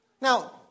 Now